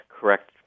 correct